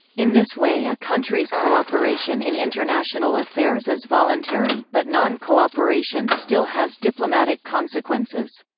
in this way a countries cooperation in international affairs is voluntary, but non-cooperation still has diplomatic consequences.